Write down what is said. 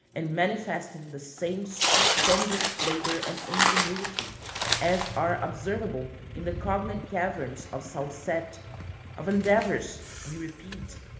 and manifesting the same stupendous labor and ingenuity as are observable in the cognate caverns of salsette of endeavors, we repeat,